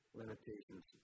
limitations